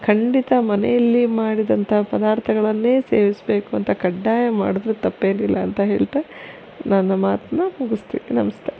ಖಂಡಿತ ಮನೆಯಲ್ಲಿ ಮಾಡಿದಂಥ ಪದಾರ್ಥಗಳನ್ನೇ ಸೇವಿಸಬೇಕು ಅಂತ ಕಡ್ಡಾಯ ಮಾಡಿದರು ತಪ್ಪೇನಿಲ್ಲ ಅಂತ ಹೇಳ್ತಾ ನನ್ನ ಮಾತನ್ನ ಮುಗಿಸ್ತೀನಿ ನಮಸ್ತೆ